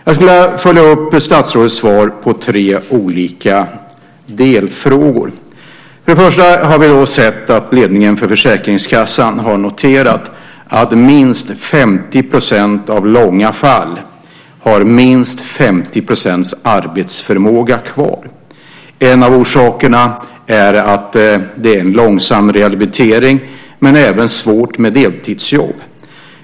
Jag skulle vilja följa upp statsrådets svar i tre olika delfrågor. För det första: Vi har sett att ledningen för Försäkringskassan har noterat att minst 50 % av de så kallade långa fallen har minst 50 % arbetsförmåga kvar. En av orsakerna är att det är en långsam rehabilitering men även att det är svårt med deltidsjobb.